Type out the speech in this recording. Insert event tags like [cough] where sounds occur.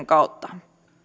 [unintelligible] kautta